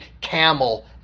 camel